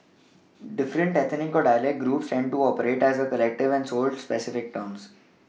different ethnic or dialect groups tended to operate as a collective and sold specific items